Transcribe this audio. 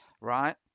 right